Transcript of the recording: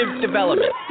development